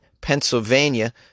Pennsylvania